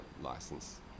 license